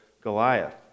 Goliath